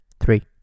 three